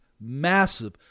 massive